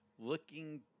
Looking